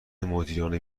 مدیران